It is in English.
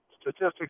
statistics